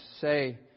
say